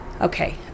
okay